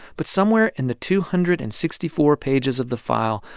but somewhere in the two hundred and sixty four pages of the file,